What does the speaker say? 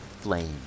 flame